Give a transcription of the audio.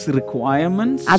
requirements